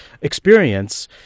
experience